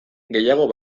gehiago